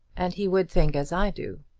and he would think as i do.